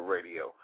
Radio